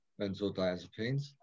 benzodiazepines